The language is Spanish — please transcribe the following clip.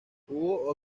hubo